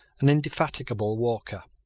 an indefatigable walker.